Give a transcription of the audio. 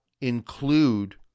include